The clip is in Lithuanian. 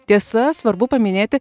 tiesa svarbu paminėti